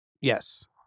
yes